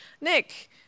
Nick